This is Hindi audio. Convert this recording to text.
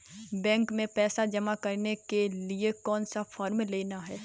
बैंक में पैसा जमा करने के लिए कौन सा फॉर्म लेना है?